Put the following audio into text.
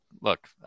Look